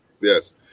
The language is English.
Yes